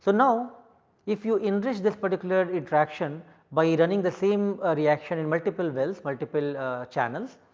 ah now if you enrich this particular interaction by running the same reaction in multiple wells, multiple channels.